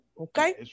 Okay